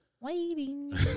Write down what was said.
Waiting